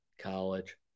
college